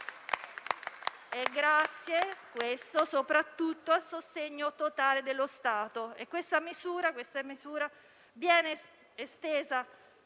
grazie soprattutto al sostegno totale dello Stato. Questa misura viene estesa